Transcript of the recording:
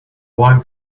wine